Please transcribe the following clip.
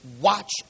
watch